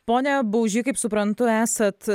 ponia bauži kaip suprantu esat